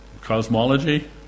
cosmology